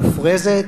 המופרזת,